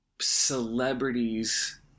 celebrities